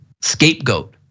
scapegoat